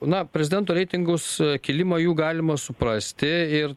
na prezidento reitingus kilimą jų galima suprasti ir